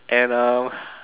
and uh